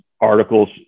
articles